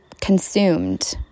consumed